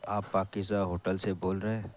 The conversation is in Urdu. آپ پاکیزہ ہوٹل سے بول رہے ہیں